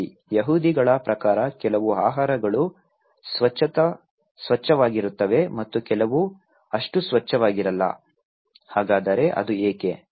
ಸರಿ ಯಹೂದಿಗಳ ಪ್ರಕಾರ ಕೆಲವು ಆಹಾರಗಳು ಸ್ವಚ್ಛವಾಗಿರುತ್ತವೆ ಮತ್ತು ಕೆಲವು ಅಷ್ಟು ಸ್ವಚ್ಛವಾಗಿಲ್ಲ ಹಾಗಾದರೆ ಅದು ಏಕೆ